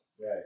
Right